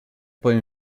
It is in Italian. poi